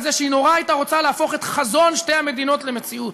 זה שהיא נורא הייתה רוצה להפוך את חזון שתי המדינות למציאות,